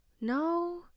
No